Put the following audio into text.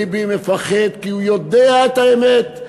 ביבי מפחד כי הוא יודע את האמת,